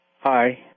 hi